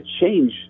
change